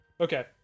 Okay